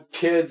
kids